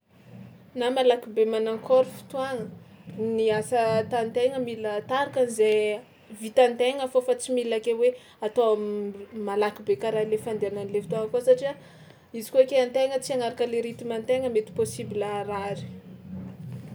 Na malaky be manakôry fotoagna, ny asa atan-tegna mila ata arakan'zay vitan-tegna fao fa tsy mila ke hoe atao m- malaky be karaha le fandehanan'le fitaova koa satria izy koa ke an-tena tsy hanaraka le rythme an-tena mety possible harary.